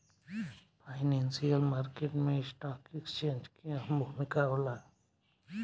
financial market में stock exchange के अहम भूमिका होला